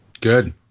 Good